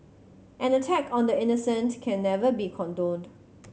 an attack on the innocent can never be condoned